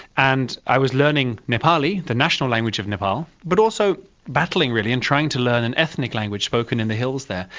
and i was learning nepali, the national language of nepal, but also battling really and trying to learn an ethnic language spoken in the hills there.